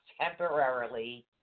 temporarily